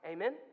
Amen